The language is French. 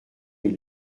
est